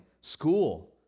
school